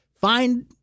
find